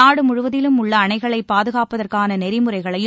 நாடுமுழுவதிலும் உள்ள அணைகளை பாதுகாப்பதற்கான நெறிமுறைகளையும்